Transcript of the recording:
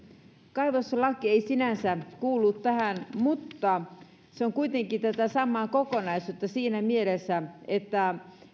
kaivoslaki ei sinänsä kuulu tähän mutta se on kuitenkin tätä samaa kokonaisuutta siinä mielessä että